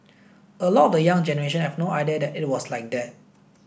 a lot of the young generation have no idea that it was like that